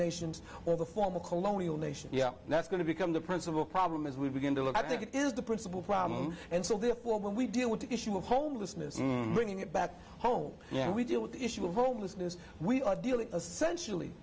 nations or the former colonial nations yeah that's going to become the principal problem as we begin to look i think is the principal problem and so therefore when we deal with the issue of homelessness bringing it back home yeah we deal with the issue of homelessness we are dealing